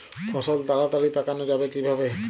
ফসল তাড়াতাড়ি পাকানো যাবে কিভাবে?